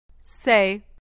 Say